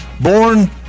born